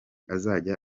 azajya